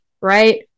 right